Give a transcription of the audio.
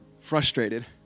frustrated